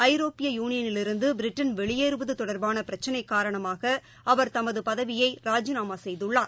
ஐரோப்பிய யுனியனிலிருந்தபிரிட்டன் வெளியேறுவதுதொடர்பானபிரச்சினைகாரணமாகஅவர் தமதுபதவியைராஜிநாமாசெய்துள்ளார்